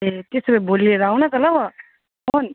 ए त्यसो भए भोलि लिएर आऊ न त ल फोन